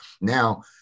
now